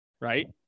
right